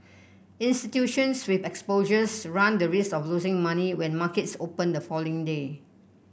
institutions with exposures run the risk of losing money when markets open the following day